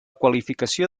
qualificació